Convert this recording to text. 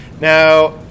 Now